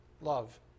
love